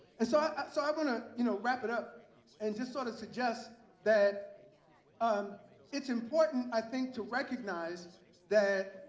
and so so i'm going to you know wrap it up and just sort of suggest that um it's important, i think, to recognize that